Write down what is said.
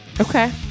Okay